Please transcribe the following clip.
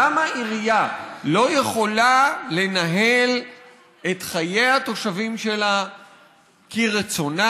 למה עירייה לא יכולה לנהל את חיי התושבים שלה כרצונה,